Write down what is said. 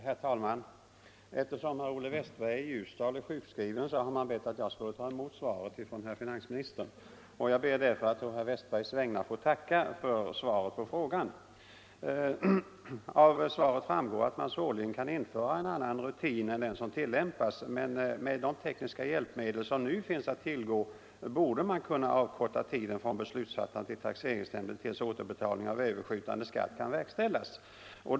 Herr talman! Eftersom herr Olle Westberg i Ljusdal är sjukskriven, har han bett mig att ta emot svaret från herr finansministern. Jag ber därför att å herr Westbergs vägnar få tacka för svaret på hans enkla fråga. I svaret framhålls att man svårligen kan införa någon annan rutin än den som tillämpas. Med de tekniska hjälpmedel som nu finns att tillgå borde man emellertid kunna avkorta tiden från beslutsfattandet i taxeringsnämnden tills återbetalning av överskjutande skatt kan verkställas.